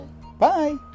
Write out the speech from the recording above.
Bye